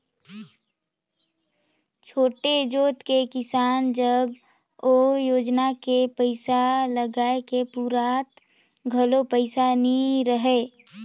छोटे जोत के किसान जग ओ योजना मे पइसा लगाए के पूरता घलो पइसा नइ रहय